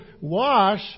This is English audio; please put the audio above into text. wash